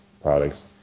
products